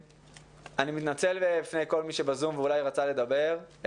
אני מתנצל בפני כל מי שבזום ואולי רצה לדבר.